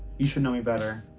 you should know me better!